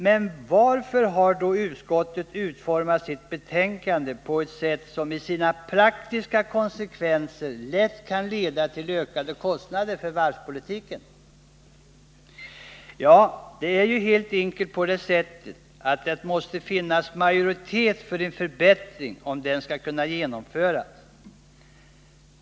Men varför har då utskottet utformat sitt betänkande på ett sätt som i sina praktiska konsekvenser lätt kan leda till ökade kostnader för varvspolitiken? Ja, det är ju helt enkelt på det sättet att det måste finnas majoritet för en förbättring, om den skall kunna genomföras.